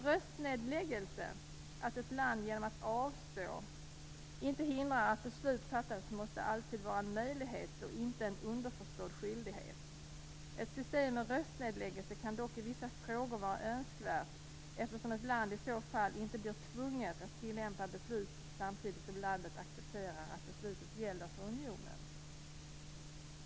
Röstnedläggelse - dvs. att ett land genom att avstå från att rösta inte hindrar att ett beslut fattas - måste alltid vara en möjlighet och inte en underförstådd skyldighet. Ett system med röstnedläggelse kan dock i vissa frågor vara önskvärt, eftersom ett land i så fall inte blir tvunget att tillämpa beslutet samtidigt som landet accepterar att beslutet gäller för unionen.